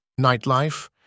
Nightlife